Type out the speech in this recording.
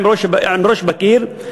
עם הראש בקיר,